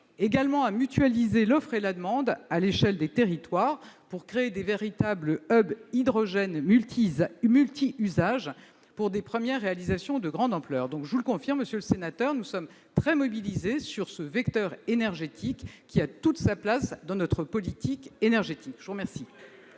française, à mutualiser l'offre et la demande à l'échelle des territoires, afin de créer de véritables hydrogène multiusages, pour de premières réalisations de grande ampleur. Je le répète, monsieur le sénateur, nous sommes très mobilisés sur ce vecteur énergétique, qui a toute sa place dans notre politique énergétique. Bravo ! C'est